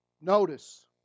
Notice